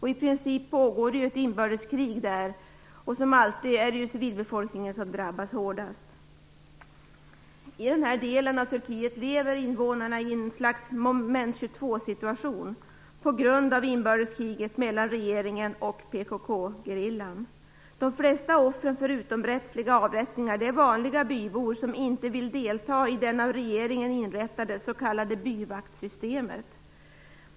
I princip pågår det ett inbördeskrig där, och som alltid är det civilbefolkningen som drabbas hårdast. I den här delen av Turkiet lever invånarna i ett slags moment 22-situation på grund av inbördeskriget mellan regeringen och PKK-gerillan. De flesta offren för utomrättsliga avrättningar är vanliga bybor som inte vill delta i det av regeringen inrättade s.k. byvaktsystemet.